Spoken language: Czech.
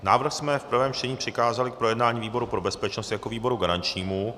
Návrh jsme v prvém čtení přikázali k projednání výboru pro bezpečnost jako výboru garančnímu.